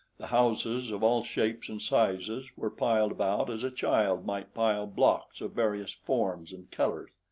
the houses of all shapes and sizes were piled about as a child might pile blocks of various forms and colors.